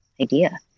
idea